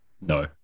No